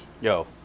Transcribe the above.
Yo